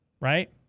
right